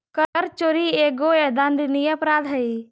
कर चोरी एगो दंडनीय अपराध हई